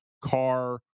car